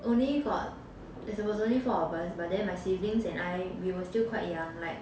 only got there was only four of us but then my siblings and I we were still quite young like